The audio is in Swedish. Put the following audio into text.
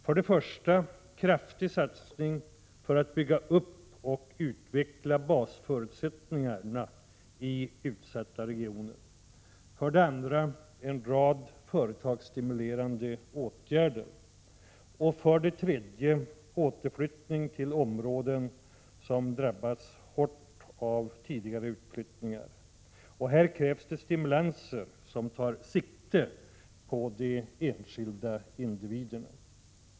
För det första krävs en kraftig satsning för att bygga upp och utveckla basförutsättningarna i utsatta regioner, för det andra en rad företagsstimulerande åtgärder och för det tredje återflyttning till områden som drabbats hårt av tidigare utflyttningar. Här krävs det stimulanser som tar sikte på de enskilda individerna.